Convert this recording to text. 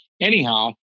Anyhow